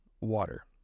water